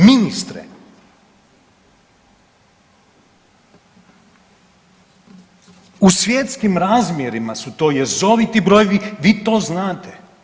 Ministre u svjetskim razmjerima su to jezoviti brojevi, vi to znate.